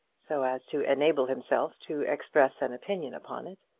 so as to enable himself to express an opinion upon it.